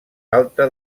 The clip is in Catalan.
alta